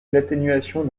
l’atténuation